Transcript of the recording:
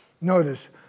notice